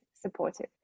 supportive